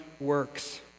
works